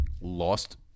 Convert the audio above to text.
Lost